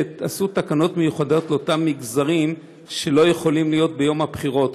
עשו תקנות מיוחדות לאותם מגזרים שלא יכולים להיות ביום הבחירות,